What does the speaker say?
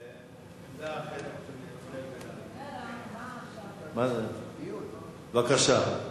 עמדה אחרת, חבר הכנסת בן-ארי, בבקשה.